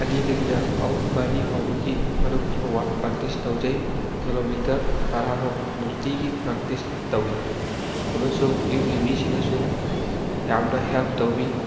ꯑꯅꯤꯗꯒꯤꯅ ꯃꯔꯤ ꯐꯥꯎꯕꯒꯤ ꯃꯅꯨꯡ ꯐꯥꯎꯕ ꯄ꯭ꯔꯥꯛꯇꯤꯁ ꯇꯧꯖꯩ ꯀꯤꯂꯣꯃꯤꯇꯔ ꯇꯔꯥꯔꯣꯝ ꯅꯨꯡꯇꯤꯒꯤ ꯄ꯭ꯔꯥꯛꯇꯤꯁ ꯇꯧꯋꯤ ꯑꯃꯁꯨꯡ ꯌꯨꯝꯒꯤ ꯃꯤꯁꯤꯡꯅꯁꯨ ꯌꯥꯝꯅ ꯍꯦꯜꯞ ꯇꯧꯕꯤ